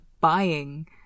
buying